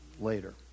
later